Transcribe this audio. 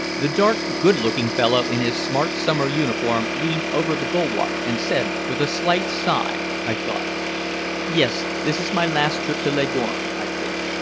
the dark, good-looking fellow in his smart summer uniform leaned over the bulwark, and said, with a slight sigh, i thought yes. this is my last trip to leghorn, i think.